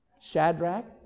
Shadrach